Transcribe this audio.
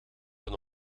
een